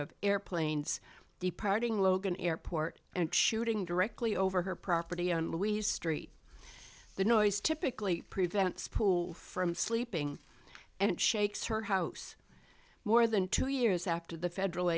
of airplanes departing logan airport and shooting directly over her property on louise st the noise typically prevents pool from sleeping and shakes her house more than two years after the federal